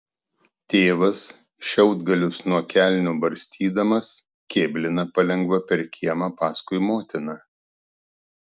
tėvas šiaudgalius nuo kelnių barstydamas kėblina palengva per kiemą paskui motiną